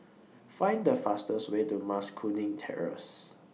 Find The fastest Way to Mas Kuning Terrace